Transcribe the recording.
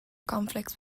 conflicts